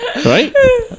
Right